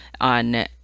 on